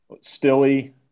Stilly